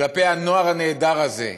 כלפי הנוער הנהדר הזה,